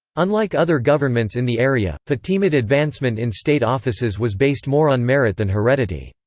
unlike other governments in the area, fatimid advancement in state offices was based more on merit than heredity.